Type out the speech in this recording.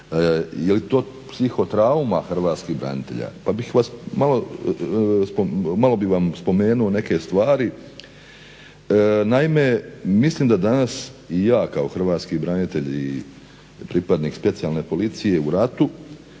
Jeli to psihotrauma hrvatskih branitelja? Pa bih vam malo spomenuo neke stvari. Naime, mislim da danas i ja kao hrvatski branitelja i pripadnik specijalne policije u ratu